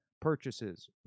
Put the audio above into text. purchases